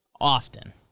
Often